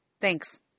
Thanks